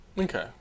Okay